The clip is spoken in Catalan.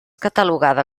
catalogada